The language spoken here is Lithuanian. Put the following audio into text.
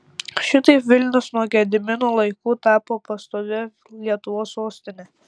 šitaip vilnius nuo gedimino laikų tapo pastovia lietuvos sostine